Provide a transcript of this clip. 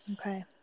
Okay